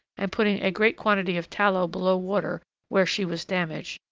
and putting a great quantity of tallow below water where she was damaged,